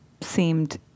seemed